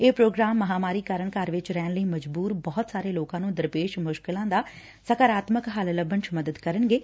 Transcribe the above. ਇਹ ਪ੍ਰੋਗਰਾਮ ਮਹਾਮਾਰੀ ਕਾਰਨ ਘਰ ਵਿਚ ਰਹਿਣ ਲਈ ਮਜਬੁਤ ਬਹੁਤ ਸਾਰੇ ਲੋਕਾ ਨੂੰ ਦਰਪੇਸ਼ ਮੁਸ਼ਕਿਲਾ ਦੇ ਸਕਾਰਾਤਮਕ ਹੱਲ ਲੱਭਣ ਚ ਮਦਦ ਕਰਨਗੇ